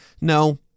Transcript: No